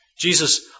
Jesus